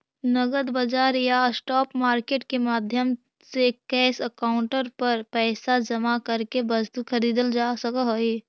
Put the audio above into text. नगद बाजार या स्पॉट मार्केट के माध्यम से कैश काउंटर पर पैसा जमा करके वस्तु खरीदल जा सकऽ हइ